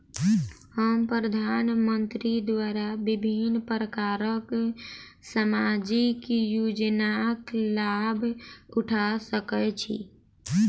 हम प्रधानमंत्री द्वारा विभिन्न प्रकारक सामाजिक योजनाक लाभ उठा सकै छी?